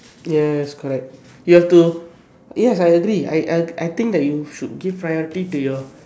yes correct you have to yes I agree I I'll I think you should give priority to your